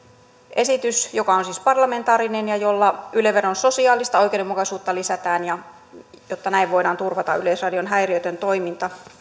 esitys joka on siis parlamentaarinen ja jolla yle veron sosiaalista oikeudenmukaisuutta lisätään jotta näin voidaan turvata yleisradion häiriötön toiminta